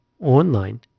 online